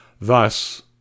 Thus